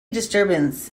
disturbance